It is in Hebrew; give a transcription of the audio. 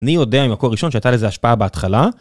אני יודע ממקור ראשון שייתה לזה השפעה בהתחלה.